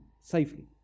safely